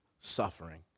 suffering